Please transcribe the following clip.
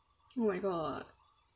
oh my god